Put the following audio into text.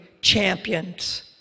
champions